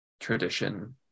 tradition